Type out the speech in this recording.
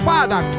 Father